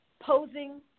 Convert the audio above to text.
posing